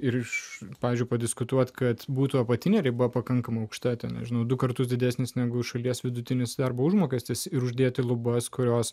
ir iš pavyzdžiui padiskutuoti kad būtų apatinė riba pakankamai aukšta ten nežinau du kartus didesnis negu šalies vidutinis darbo užmokestis ir uždėti lubas kurios